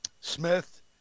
Smith